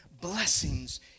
Blessings